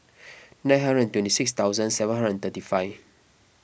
nine hundred twenty six thousand seven hundred thirty five